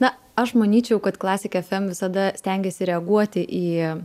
na aš manyčiau kad klasik ef em visada stengiasi reaguoti į